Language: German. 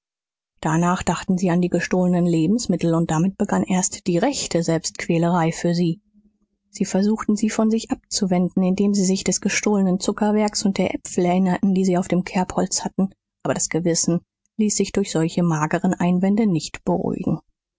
danach dachten sie an die gestohlenen lebensmittel und damit begann erst die rechte selbstquälerei für sie sie versuchten sie von sich abzuwenden indem sie sich des gestohlenen zuckerwerks und der äpfel erinnerten die sie auf dem kerbholz hatten aber das gewissen ließ sich durch solche mageren einwände nicht beruhigen